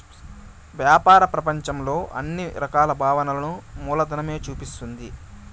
వ్యాపార ప్రపంచంలో అన్ని రకాల భావనలను మూలధనమే చూపిస్తుంది